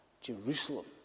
Jerusalem